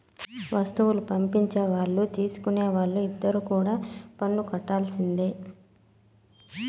వస్తువులు పంపించే వాళ్ళు తీసుకునే వాళ్ళు ఇద్దరు కూడా పన్నులు కట్టాల్సిందే